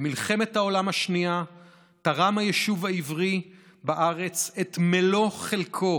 "במלחמת העולם השנייה תרם היישוב העברי בארץ את מלוא חלקו